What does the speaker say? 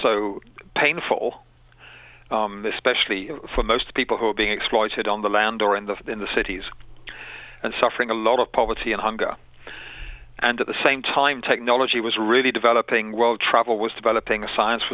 so painful especially for most people who were being exploited on the mound or in the in the cities and suffering a lot of poverty and hunger and at the same time technology was really developing world travel was developing a science